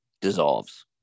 dissolves